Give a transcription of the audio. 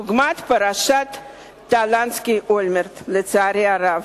דוגמת פרשת טלנסקי-אולמרט, לצערי הרב.